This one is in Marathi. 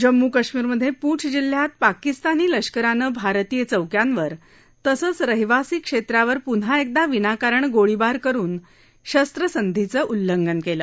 जम्मू कश्मीरमधे पूंछ जिल्ह्यात पाकिस्तानी लष्करानं भारतीय चौक्यांवर तसंच रहिवासी क्षेत्रावर पून्हा एकदा विनाकारण गोळीबार करुन शस्त्रसंधीचं उल्लंघन केलं